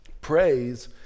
Praise